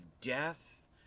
death